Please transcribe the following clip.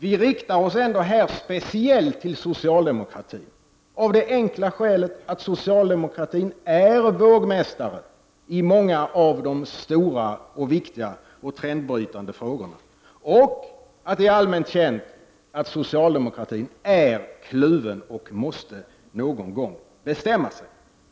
Vi riktar oss ändå här speciellt till socialdemokratin av det enkla skälet att socialdemokratin är vågmästare i många av de stora, viktiga och trendbrytande frågorna och att det är allmänt känt att socialdemokratin är kluven och någon gång måste bestämma sig.